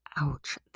ouch